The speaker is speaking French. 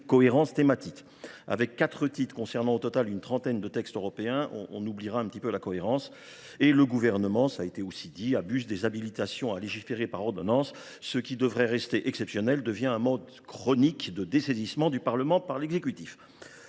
cohérence thématique – avec quatre titres concernant au total une trentaine de textes européens, celle ci s’efface quelque peu. En outre, le Gouvernement abuse des habilitations à légiférer par ordonnance. Ce qui devrait rester exceptionnel devient un mode chronique de dessaisissement du Parlement par l’exécutif.